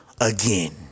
again